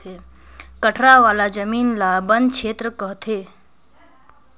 कठरा वाला जमीन ल बन छेत्र कहथें